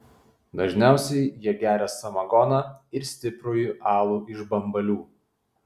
dažniausiai jie geria samagoną ir stiprųjį alų iš bambalių